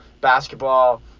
basketball